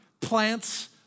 plants